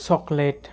chocolate